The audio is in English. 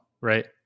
right